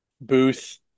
booth